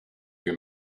your